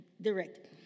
direct